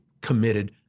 committed